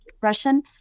Russian